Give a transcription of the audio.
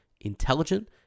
intelligent